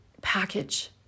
package